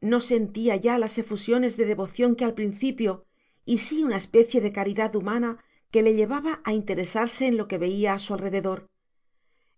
no sentía ya las efusiones de devoción que al principio y sí una especie de caridad humana que le llevaba a interesarse en lo que veía a su alrededor